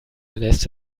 lässt